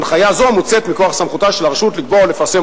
הנחיה זאת מוצאת מכוח סמכותה של הרשות לקבוע ולפרסם